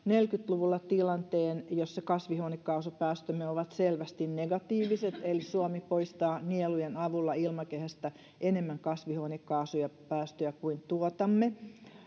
luvulla tilanteen jossa kasvihuonekaasupäästömme ovat selvästi negatiiviset eli suomi poistaa nielujen avulla ilmakehästä enemmän kasvihuonekaasupäästöjä kuin tuotamme